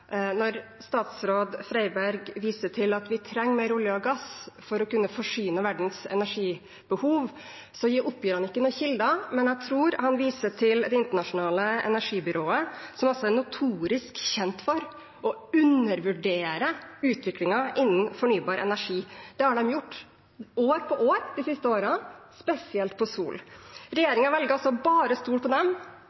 Når statsråd Freiberg viser til at vi trenger mer olje og gass for å kunne dekke verdens energibehov, oppgir han ikke noen kilder, men jeg tror han viser til Det internasjonale energibyrået, som er notorisk kjent for å undervurdere utviklingen innenfor fornybar energi. Det har de gjort år etter år de siste årene, spesielt når det gjelder sol.